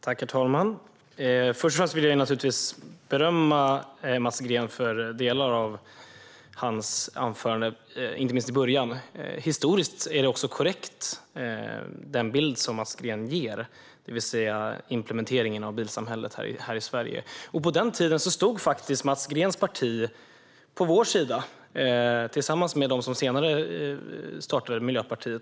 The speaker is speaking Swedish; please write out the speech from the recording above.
Herr talman! Först och främst vill jag naturligtvis berömma Mats Green för delar av hans anförande, inte minst början. Historiskt är den bild som Mats Green ger korrekt, det vill säga av implementeringen av bilsamhället i Sverige. På den tiden stod faktiskt Mats Greens parti på vår sida, tillsammans med dem som senare startade Miljöpartiet.